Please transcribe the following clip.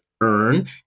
earn